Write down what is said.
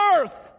earth